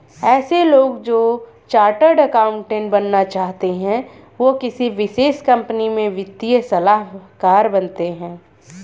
ऐसे लोग जो चार्टर्ड अकाउन्टन्ट बनना चाहते है वो किसी विशेष कंपनी में वित्तीय सलाहकार बनते हैं